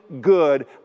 good